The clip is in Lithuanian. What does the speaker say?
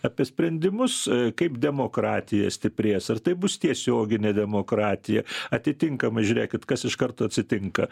apie sprendimus kaip demokratija stiprės ir tai bus tiesioginė demokratija atitinkamai žiūrėkit kas iš karto atsitinka